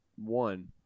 One